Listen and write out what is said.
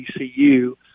ECU